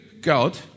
God